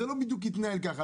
זה לא בדיוק התנהל ככה.